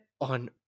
on